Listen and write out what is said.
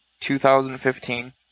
2015